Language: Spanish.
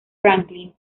franklin